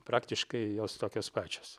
praktiškai jos tokios pačios